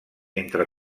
entre